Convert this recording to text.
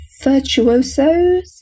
virtuosos